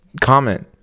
Comment